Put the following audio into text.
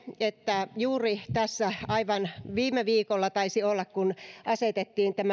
että juuri tässä aivan viime viikolla taisi olla asetettiin